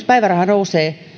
päiväraha nousee